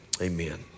Amen